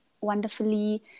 wonderfully